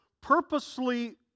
purposely